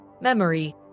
Memory